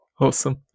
Awesome